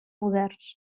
moderns